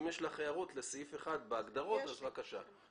אם יש לך הערות לסעיף 1, להגדרות, בבקשה.